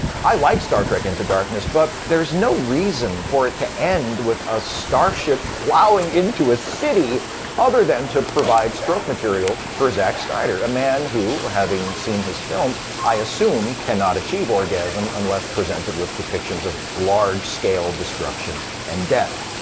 i like star trek into darkness, but there's no reason for it to end with a starship plowing into a city other than to provide stroke material for zack snyder, a man who, having seen his films, i assume cannot achieve orgasm unless presented with depictions of large scale destruction and death.